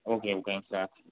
okay fine sir